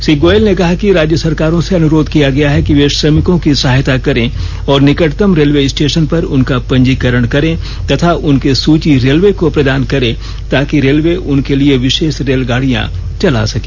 श्री गोयल ने कहा कि राज्य सरकारों से अनुरोध किया गया है कि वे श्रमिकों की सहायता करें और निकटतम रेलवे स्टेशन पर उनका पंजीकरण करें तथा उनकी सूची रेलवे को प्रदान करें ताकि रेलवे उनके लिए विशेष रेलगाड़ियां चला सके